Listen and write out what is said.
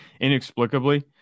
inexplicably